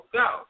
go